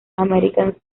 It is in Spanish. american